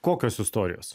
kokios istorijos